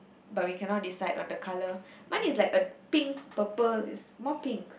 but we cannot decide on the colour mine is like the pink purple is more pink